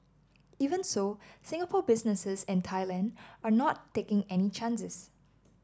even so Singapore businesses in Thailand are not taking any chances